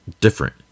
different